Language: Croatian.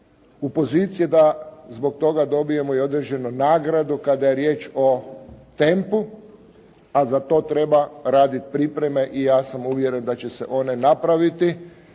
u poziciji da zbog toga dobijemo i određenu nagradu kada je riječ o tempu, a za to treba raditi pripreme i ja sam uvjeren da će se one napraviti,